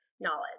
knowledge